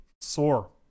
sore